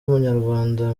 w’umunyarwanda